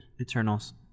eternals